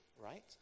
right